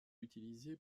utilisé